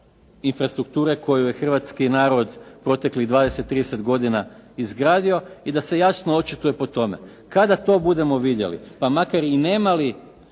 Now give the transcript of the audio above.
infrastrukture koju je Hrvatski narod proteklih 20, 30 godina izgradio i da se jasno očituje po tome. Kada to budemo vidjeli pa makar i ne imali